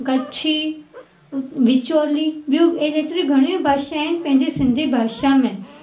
कच्छी ऊ विचोली ॿियूं एतिरियूं घणियूं ई भाषा आहिनि पंहिंजी सिंधी भाषा में